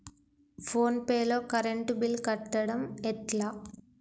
Phone pay లో current bill కట్టడం ఎట్లా?